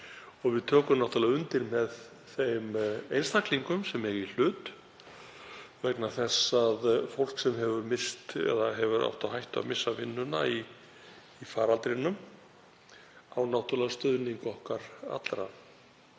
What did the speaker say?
við tökum náttúrlega undir með þeim einstaklingum sem eiga í hlut vegna þess að fólk sem hefur misst eða hefur átt á hættu að missa vinnuna í faraldrinum á náttúrlega stuðning okkar allra.